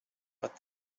but